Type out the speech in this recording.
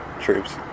troops